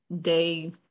day